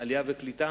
העלייה והקליטה